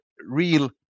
real